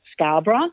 Scarborough